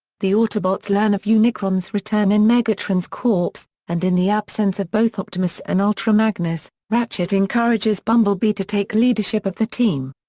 the autobots learn of unicron's return in megatron's corpse, and in the absence of both optimus and ultra magnus, ratchet encourages bumblebee to take leadership of the team.